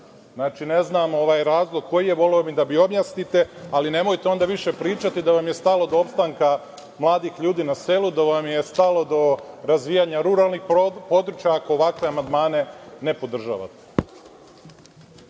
znam razlog koji je, voleo bih da mi objasnite, ali nemojte onda više pričati da vam je stalo do opstanka mladih ljudi na selu, da vam je stalo do razvijanja ruralnih područja, ako ovakve amandmane ne podržavate.